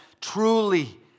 truly